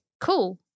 cool